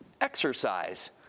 exercise